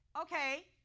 Okay